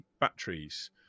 batteries